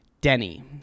Denny